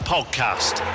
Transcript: Podcast